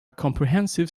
comprehensive